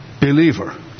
believer